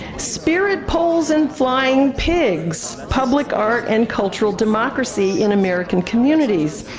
spirit poles and flying pigs, public art and cultural democracy in american communities,